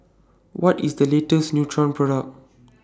What IS The latest Nutren Product